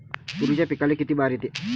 तुरीच्या पिकाले किती बार येते?